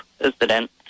president